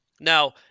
Now